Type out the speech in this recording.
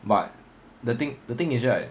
but the thing the thing is right